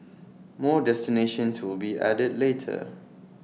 more destinations will be added later